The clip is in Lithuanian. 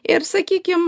ir sakykim